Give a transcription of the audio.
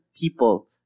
people